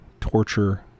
torture